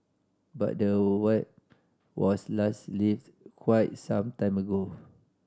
but the Whip was last lift quite some time ago